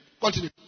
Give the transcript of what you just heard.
Continue